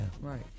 Right